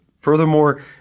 Furthermore